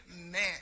Amen